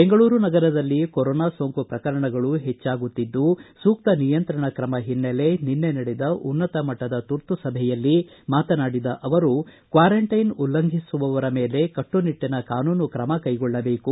ಬೆಂಗಳೂರು ನಗರದಲ್ಲಿ ಕೊರೊನಾ ಸೋಂಕು ಪ್ರಕರಣಗಳು ಹೆಚ್ಚಾಗುತ್ತಿರುವ ಹಿನ್ನೆಲೆಯಲ್ಲಿ ಸೂಕ್ತ ನಿಯಂತ್ರಣ ಕ್ರಮ ಹಿನ್ನೆಲೆ ನಿನ್ನೆ ನಡೆದ ಉನ್ನತಮಟ್ಟದ ತುರ್ತು ಸಭೆಯಲ್ಲಿ ಮಾತನಾಡಿದ ಅವರು ಕ್ವಾರಂಟೈನ್ ಉಲ್ಲಂಘಿಸುವವರ ಮೇಲೆ ಕಟ್ಟನಿಟ್ಟನ ಕಾನೂನು ಕ್ರಮ ಕೈಗೊಳ್ಳಬೇಕು